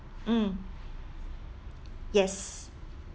mm yes